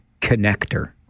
connector